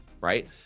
right